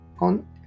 on